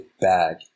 bag